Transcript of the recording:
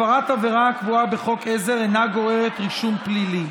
הפרת עבירה הקבועה בחוק עזר אינה גוררת רישום פלילי.